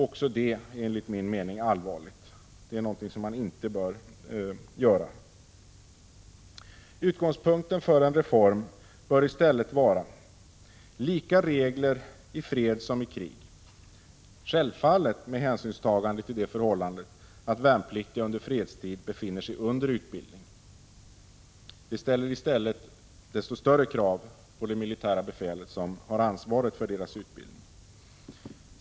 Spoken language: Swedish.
Också detta är enligt min uppfattning allvarligt. Det är någonting som man inte bör göra. Utgångspunkten för en reform bör i stället vara lika regler i fred som i krig — självfallet med hänsynstagande till det förhållandet att värnpliktiga under fredstid befinner sig under utbildning. Det ställer desto större krav på det militärbefäl som har ansvaret för deras utbildning.